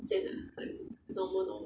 真的很 normal normal